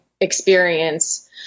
experience